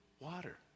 water